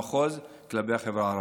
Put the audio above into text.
המחוז, כלפי החברה הערבית,